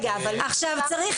עכשיו, צריך